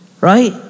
right